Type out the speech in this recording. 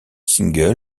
single